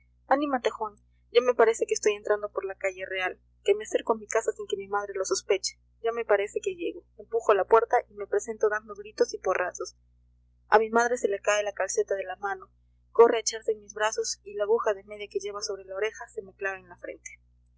anímate juan ya me parece que estoy entrando por la calle real que me acerco a mi casa sin que mi madre lo sospeche ya me parece que llego empujo la puerta y me presento dando gritos y porrazos a mi madre se le cae la calceta de la mano corre a echarse en mis brazos y la aguja de media que lleva sobre la oreja se me clava en la frente